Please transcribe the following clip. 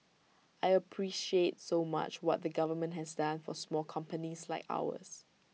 I appreciate so much what the government has done for small companies like ours